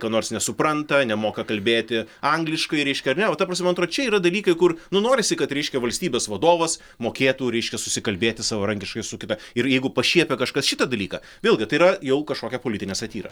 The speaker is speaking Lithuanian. ką nors nesupranta nemoka kalbėti angliškai reiškia ar ne va ta prasme man atro čia yra dalykai kur nu norisi kad reiškia valstybės vadovas mokėtų reiškia susikalbėti savarankiškai su kita ir jeigu pašiepia kažkas šitą dalyką vėlgi tai yra jau kažkokia politinė satyra